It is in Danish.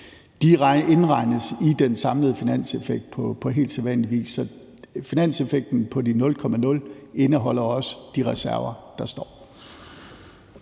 De indregnes i den samlede finanseffekt på helt sædvanlig vis, så finanseffekten på de 0,0 indeholder også de reserver, der står.